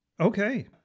okay